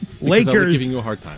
Lakers